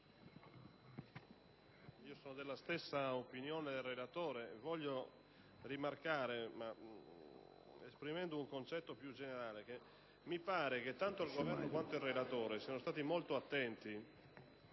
sono della stessa opinione del relatore. Voglio rimarcare, esprimendo un concetto più generale, che tanto il Governo quanto il relatore sono stati molto attenti